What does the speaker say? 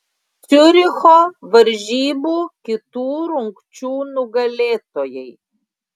ciuricho varžybų kitų rungčių nugalėtojai